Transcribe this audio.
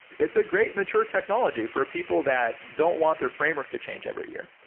it's a great, mature technology for people that don't want their framework to change every year.